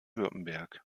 württemberg